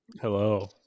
hello